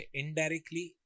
indirectly